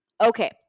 Okay